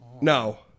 no